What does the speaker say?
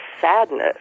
sadness